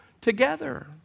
together